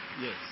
Yes